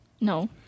No